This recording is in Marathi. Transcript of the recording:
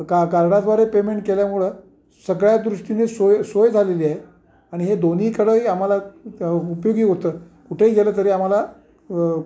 का कार्डाद्वारे पेमेंट केल्यामुळं सगळ्या दृष्टीने सोय सोय झालेली आहे आणि हे दोन्हीकडंही आम्हाला उपयोगी होतं कुठेही गेलं तरी आम्हाला